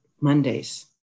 Mondays